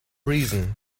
reason